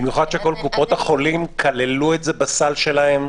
במיוחד שכל קופות החולים כללו את זה בסל שלהן.